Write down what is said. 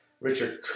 Richard